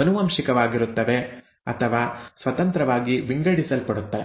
ಆನುವಂಶಿಕವಾಗುತ್ತವೆ ಅಥವಾ ಸ್ವತಂತ್ರವಾಗಿ ವಿಂಗಡಿಸಲ್ಪಡುತ್ತವೆ